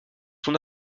son